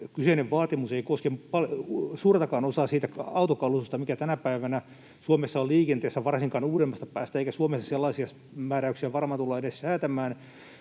kyseinen vaatimus ei koske suurtakaan osaa siitä autokalustosta, mikä tänä päivänä Suomessa on liikenteessä, varsinkaan uudemmasta päästä, eikä Suomessa sellaisia määräyksiä varmaan tulla edes säätämään,